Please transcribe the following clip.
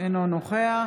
אינו נוכח